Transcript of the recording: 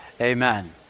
Amen